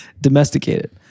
Domesticated